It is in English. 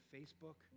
Facebook